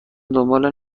دنبال